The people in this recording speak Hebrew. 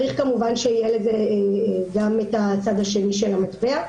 כמובן צריך שיהיה לזה גם את הצד השני של המטבע.